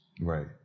Right